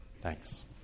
Thanks